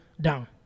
down